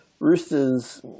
Roosters